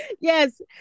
Yes